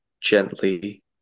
gently